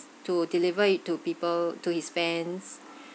to deliver it to people to his fans